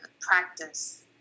practice